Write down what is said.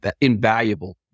invaluable